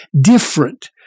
different